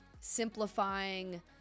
simplifying